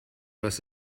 was